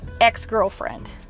ex-girlfriend